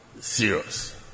serious